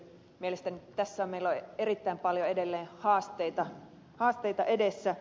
mielestäni tässä meillä on erittäin paljon edelleen haasteita edessä